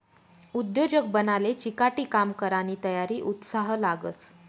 उद्योजक बनाले चिकाटी, काम करानी तयारी, उत्साह लागस